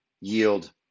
yield